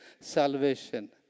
salvation